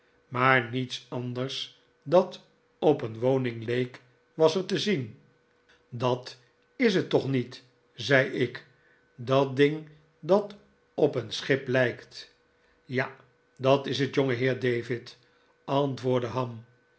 maar niets anders dat op een woning leek was er te zien dat is het toch niet zei ik dat ding dat op een schip lijkt ja dat is het jongeheer david antwoordde ham